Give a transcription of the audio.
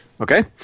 Okay